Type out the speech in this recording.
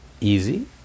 easy